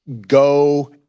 go